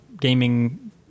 gaming